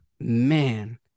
man